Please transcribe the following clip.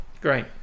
great